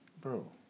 Bro